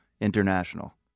International